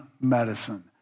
medicine